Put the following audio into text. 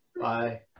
Bye